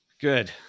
Good